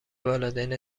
والدین